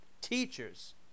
Teachers